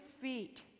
feet